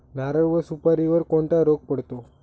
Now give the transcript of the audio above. नारळ व सुपारीवर कोणता रोग पडतो?